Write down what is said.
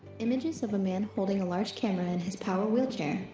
images of a man holding a large cameron's power wheelchair.